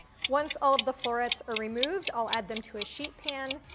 once all of the florets are removed, i'll add them to a sheet pan,